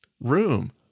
room